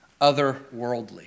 otherworldly